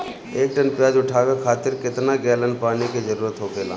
एक टन प्याज उठावे खातिर केतना गैलन पानी के जरूरत होखेला?